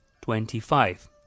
twenty-five